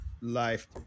life